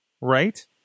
right